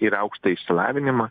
ir aukštą išsilavinimą